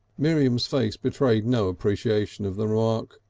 miriam's face betrayed no appreciation of the remark.